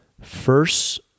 First